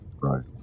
Right